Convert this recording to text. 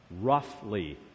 roughly